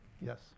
yes